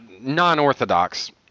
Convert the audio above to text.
non-orthodox